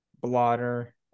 blotter